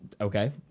okay